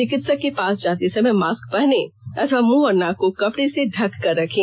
चिकित्सक के पास जाते समय मास्क पहनें अथवा मुंह और नाक को कपड़े से ढककर रखें